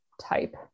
type